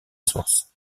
source